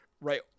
right